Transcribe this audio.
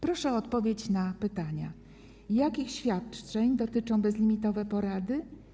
Proszę o odpowiedź na pytania: Jakich świadczeń dotyczą bezlimitowe porady?